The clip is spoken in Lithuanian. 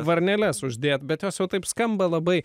varneles uždėt bet jos jau taip skamba labai